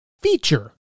feature